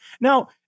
Now